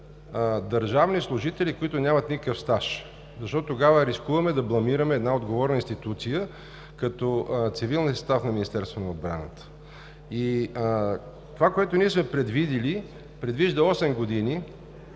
държавни служители, които нямат никакъв стаж, защото тогава рискуваме да бламираме една отговорна институция, като цивилния състав на Министерството на отбраната. Ние сме предвидили 8 години